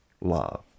love